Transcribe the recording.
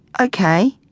Okay